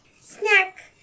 Snack